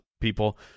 people